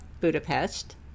Budapest